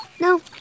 No